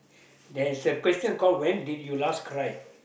there is a question called when did you last cry